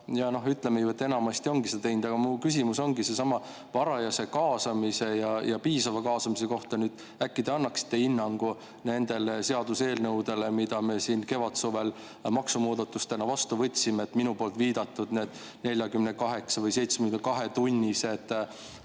ja, ütleme, enamasti ongi seda teinud. Aga mu küsimus on sellesama varajase kaasamise ja piisava kaasamise kohta. Äkki te annate hinnangu nende seaduseelnõude kohta, mille me siin kevadsuvel maksumuudatustena vastu võtsime, ja minu poolt viidatud 48- või 72-tunniste